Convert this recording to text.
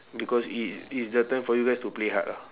because it's it's the time for you guys to play hard lah